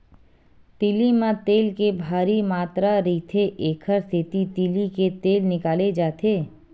तिली म तेल के भारी मातरा रहिथे, एकर सेती तिली ले तेल निकाले जाथे